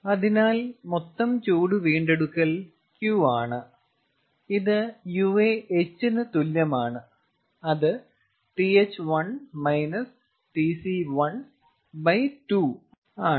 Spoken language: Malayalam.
അതിനാൽ മൊത്തം ചൂട് വീണ്ടെടുക്കൽ 𝑄̇ ആണ് ഇത് h ന് തുല്യമാണ് അത് Th1 Tc12 ആണ്